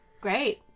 Great